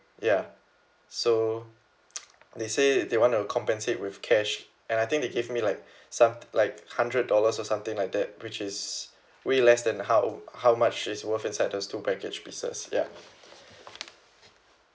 ya so they said they want to compensate with cash and I think they gave me like some like hundred dollars or something like that which is way less than how how much is worth inside those two baggage pieces ya